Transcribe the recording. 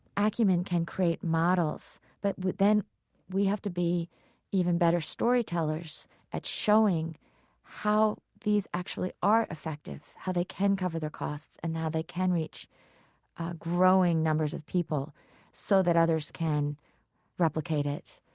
acumen can create models, but then we have to be even better storytellers at showing how these actually are effective, how they can cover their costs and how they can reach growing numbers of people so that others can replicate it,